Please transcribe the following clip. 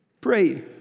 Pray